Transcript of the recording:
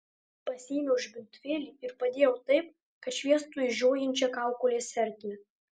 pasiėmiau žibintuvėlį ir padėjau taip kad šviestų į žiojinčią kaukolės ertmę